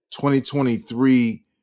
2023